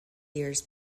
years